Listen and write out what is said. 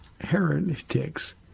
heretics